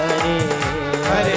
Hare